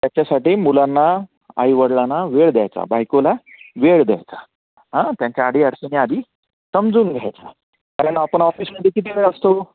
त्याच्यासाठी मुलांना आईवडिलांना वेळ द्यायचा बायकोला वेळ द्यायचा हा त्यांच्या अडीअडचणी आधी समजून घ्यायच्या कारण आपण ऑफिसमध्ये किती वेळ असतो